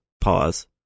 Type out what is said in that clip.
Pause